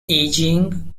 aging